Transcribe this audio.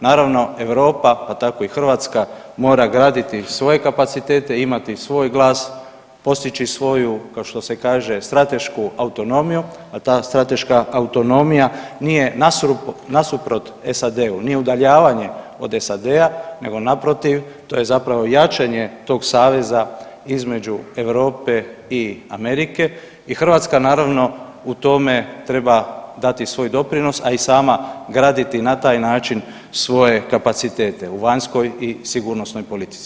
Naravno Europa pa tako i Hrvatska mora graditi svoje kapacitete, imati svoj glas, postići svoju kao što se kaže stratešku autonomiju, a ta strateška autonomija nije nasuprot SAD-u, nije udaljavanje od SAD-a nego naprotiv to je zapravo jačanje tog saveza između Europe i Amerike i Hrvatska naravno u tome treba dati svoj doprinos, a i sama graditi na taj način svoje kapacitete u vanjskoj i sigurnosnoj politici.